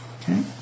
okay